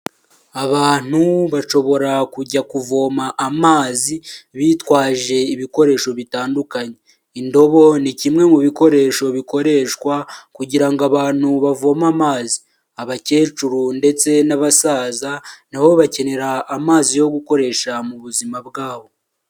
Abantu bashobora kujya kuvoma amazi bitwaje ibikoresho bitandukanye, indobo ni kimwe mu bikoresho bikoreshwa kugira ngo abantu bavoma amazi, abakecuru ndetse n'abasaza nabo bakenera amazi yo gukoresha mu buzima bwabo.